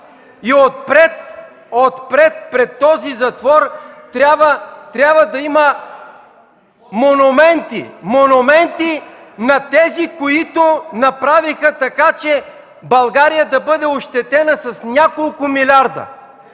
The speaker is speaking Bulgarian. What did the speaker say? И отпред пред този затвор трябва да има монументи – монументи на тези, които направиха така, че България да бъде ощетена с няколко милиарда.